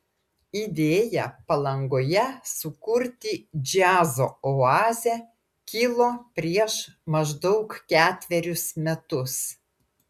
idėja palangoje sukurti džiazo oazę kilo prieš maždaug ketverius metus